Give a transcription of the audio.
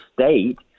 state